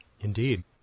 Indeed